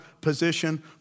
position